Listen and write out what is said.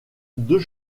deux